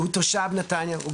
שהוא תושב נתניהו.